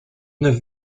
neuf